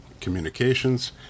communications